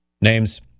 names